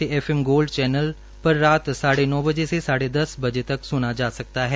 से F M Gold channel पर रात साढ़े नौ बजे से साढ़े दस बजे तक सुना जा सकता है